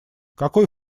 какой